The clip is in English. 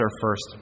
first